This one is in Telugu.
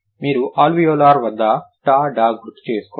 మీరు అల్వియోలార్ వద్ద ట డ గుర్తు చేసుకోండి